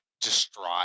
distraught